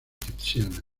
tiziano